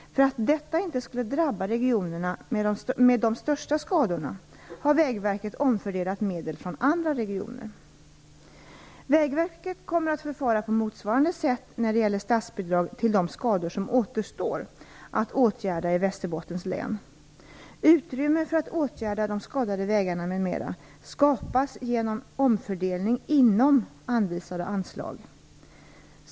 För att detta inte skulle drabba regionerna med de största skadorna har Vägverket omfördelat medel från andra regioner. Vägverket kommer att förfara på motsvarande sätt när det gäller statsbidrag till de skador som återstår att åtgärda i Västerbottens län. Utrymme för att åtgärda de skadade vägarna m.m. skapas genom omfördelning inom anvisade anslag.